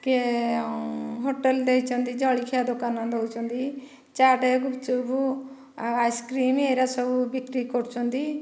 କିଏ ହୋଟେଲ ଦେଇଛନ୍ତି ଜଳଖିଆ ଦୋକାନ ଦେଇଛନ୍ତି ଚାଟ୍ ଗୁପଚୁପ ଆଉ ଆଇସ୍କ୍ରୀମ୍ ଏହିଗୁଡ଼ା ସବୁ ବିକ୍ରି କରୁଛନ୍ତି